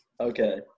Okay